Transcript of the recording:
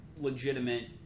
legitimate